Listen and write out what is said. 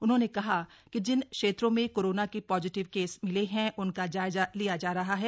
उन्होंने कहा कि जिन क्षेत्रों में कोरोना के पॉजिटव केस मिले हैं उनका जायजा लिया जा रहा है